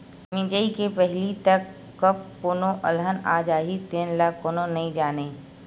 मिजई के पहिली तक कब कोनो अलहन आ जाही तेन ल कोनो नइ जानय